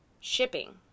shipping